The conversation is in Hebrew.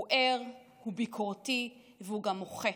הוא ער, הוא ביקורתי והוא גם מוחה.